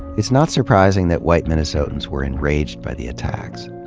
it's not surprising that white minnesotans were enraged by the attacks.